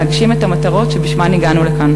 להגשים את המטרות שלשמן הגענו לכאן.